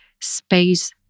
space